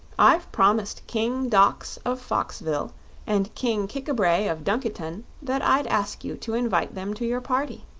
i've promised king dox of foxville and king kik-a-bray of dunkiton that i'd ask you to invite them to your party.